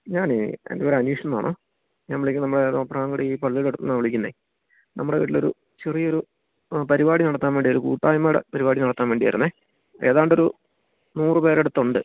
ഞാൻ എ എന്റെ പേര് അനീഷ് എന്നാണ് ഞാൻ വിളിക്കുന്നത് നമ്മുടെ തോപ്രാംകുടി പള്ളിയുടെ അടുത്ത് നിന്നാണ് വിളിക്കുന്നത് നമ്മുടെ വീട്ടിൽ ഒരു ചെറിയൊരു പരിപാടി നടത്താൻ വേണ്ടി ഒരു കൂട്ടായ്മയുടെ പരിപാടി നടത്താൻ വേണ്ടി ആയിരുന്നു ഏതാണ്ടൊരു നൂറ് പേർ അടുത്തുണ്ട്